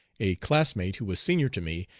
a classmate, who was senior to me,